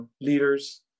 leaders